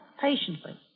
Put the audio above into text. patiently